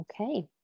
okay